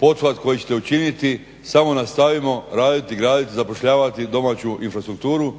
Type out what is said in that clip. pothvat koji ćete učiniti, samo nastaviti raditi, graditi, zapošljavati domaću infrastrukturu,